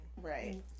Right